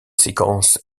séquences